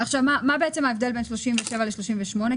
מה ההבדל בין סעיף 37 לסעיף 38?